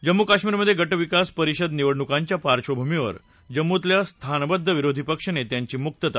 जम्मू कश्मीरमधे गटविकास परिषद निवडणुकांच्या पार्श्वभूमीवर जम्मुतल्या स्थानबद्ध विरोधी पक्ष नेत्यांची मुक्तता